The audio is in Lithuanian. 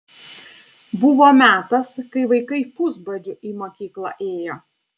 buvo metas kai vaikai pusbadžiu į mokyklą ėjo